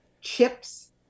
chips